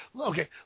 Okay